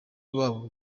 boba